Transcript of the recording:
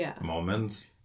moments